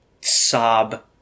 sob